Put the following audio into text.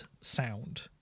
sound